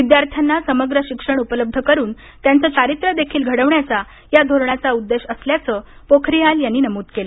विद्यार्थ्यांना समग्र शिक्षण उपलब्ध करून त्यांचं चारित्र्य देखील घडविण्याचा या धोरणाचा उद्देश असल्याचं पोखरियाल यांनी नमूद केलं